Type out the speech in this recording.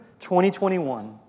2021